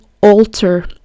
alter